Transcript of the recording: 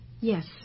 Yes